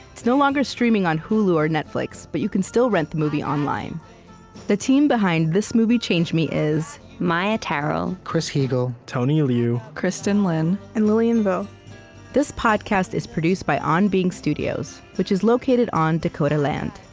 it's no longer streaming on hulu or netflix, but you can still rent the movie online the team behind this movie changed me is maia tarrell, chris heagle, tony liu, kristin lin, and lilian vo this podcast is produced by on being studios, which is located on dakota land.